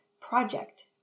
project